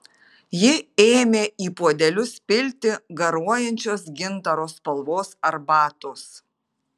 ji ėmė į puodelius pilti garuojančios gintaro spalvos arbatos